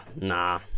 Nah